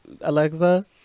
alexa